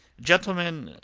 gentlemen,